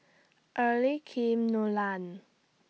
Early Kim Nolan